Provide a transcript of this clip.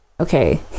okay